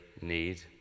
Need